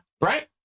Right